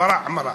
החמרה, החמרה,